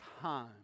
time